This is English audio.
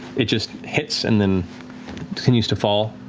it just hits, and then continues to fall,